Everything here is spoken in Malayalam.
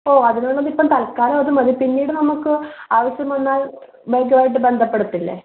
അതെ അതിനുള്ളത് ഇപ്പോൾ തൽക്കാലം അത് മതി പിന്നീട് നമുക്ക് ആവശ്യം വന്നാൽ ബാങ്ക് ആയിട്ട് ബന്ധപ്പെടുത്തില്ലേ